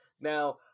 Now